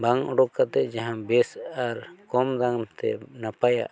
ᱵᱟᱝ ᱩᱰᱩᱠ ᱠᱟᱛᱮᱫ ᱡᱟᱦᱟᱸ ᱵᱮᱥ ᱟᱨ ᱠᱚᱢ ᱫᱟᱢᱛᱮ ᱱᱟᱯᱟᱭᱟᱜ